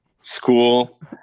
School